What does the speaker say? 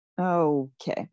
okay